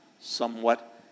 somewhat